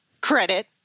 credit